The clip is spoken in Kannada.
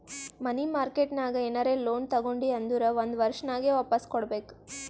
ಮನಿ ಮಾರ್ಕೆಟ್ ನಾಗ್ ಏನರೆ ಲೋನ್ ತಗೊಂಡಿ ಅಂದುರ್ ಒಂದ್ ವರ್ಷನಾಗೆ ವಾಪಾಸ್ ಕೊಡ್ಬೇಕ್